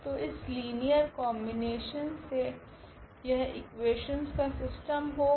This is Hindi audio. तो इस लीनियर कोंबिनेशन से यह इकुवेशनस का सिस्टम होगा